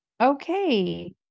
Okay